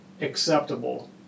acceptable